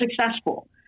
successful